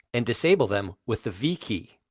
and disable them with the v key.